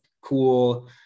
cool